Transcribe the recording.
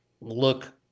look